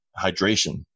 hydration